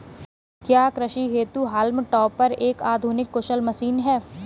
क्या कृषि हेतु हॉल्म टॉपर एक आधुनिक कुशल मशीन है?